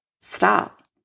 stop